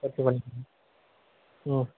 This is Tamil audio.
பத்து வருமா ம்